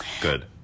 good